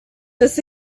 this